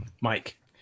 Mike